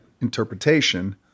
interpretation